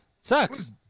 Sucks